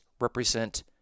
represent